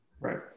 Right